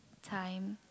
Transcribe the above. time